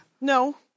No